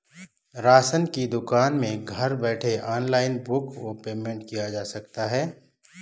Ration की दुकान में घर बैठे ऑनलाइन बुक व पेमेंट किया जा सकता है?